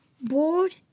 Board